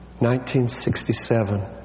1967